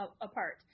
apart